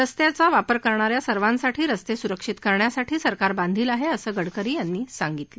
रस्त्याच्या वापर करणा या सर्वासाठी रस्ते सुरक्षित करण्यासाठी सरकार बांधील आहे असं गडकरी यांनी सांगितलं